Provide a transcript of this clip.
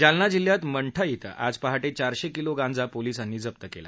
जालना जिल्ह्यात मंठा श्रिं आज पहाटे चारशे किलो गांजा पोलिसांनी जप्त केला